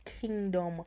kingdom